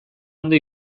ondo